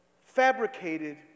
fabricated